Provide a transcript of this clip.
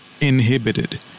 inhibited